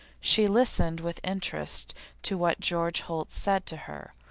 she listened with interest to what george holt said to her.